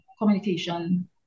communication